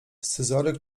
scyzoryk